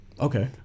Okay